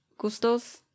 Gustos